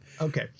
Okay